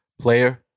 player